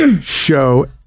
show